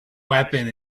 weapon